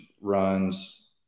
runs